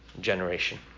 generation